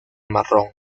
marrón